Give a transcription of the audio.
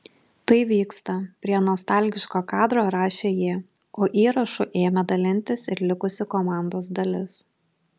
tai vyksta prie nostalgiško kadro rašė jie o įrašu ėmė dalintis ir likusi komandos dalis